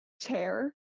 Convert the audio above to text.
chair